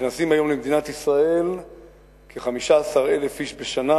נכנסים היום למדינת ישראל כ-15,000 איש בשנה,